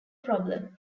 problem